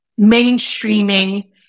mainstreaming